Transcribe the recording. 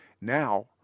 Now